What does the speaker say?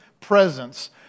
presence